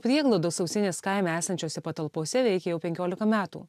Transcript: prieglaudos sausinės kaime esančiose patalpose veikia jau penkiolika metų